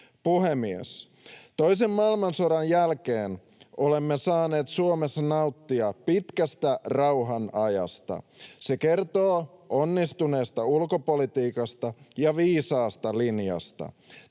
Puhemies! Toisen maailmansodan jälkeen olemme saaneet Suomessa nauttia pitkästä rauhan ajasta. Se kertoo onnistuneesta ulkopolitiikasta ja viisaasta linjasta.